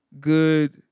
good